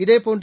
இதேபோன்று